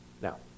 now